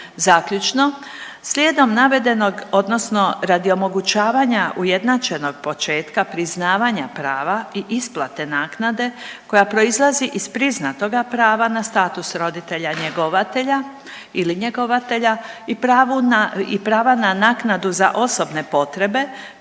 Zaključno, slijedom navedenog odnosno radi omogućavanja ujednačenog početka priznavanja prava i isplate naknade koja proizlazi iz priznatoga prava na status roditelja-njegovatelja ili njegovatelja i prava na naknadu za osobne potrebe